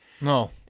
no